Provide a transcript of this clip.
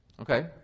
Okay